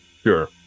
Sure